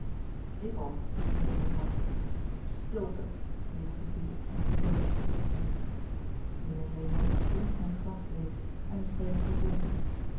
ik ook prevelde raalte stilte riep gebiedend en brullend de ridmeester de heer lehman dronk zijn glas leêg en de spreker vervolgde